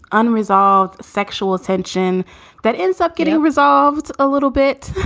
unresolved sexual tension that ends up getting resolved a little bit